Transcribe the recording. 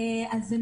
אני